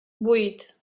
vuit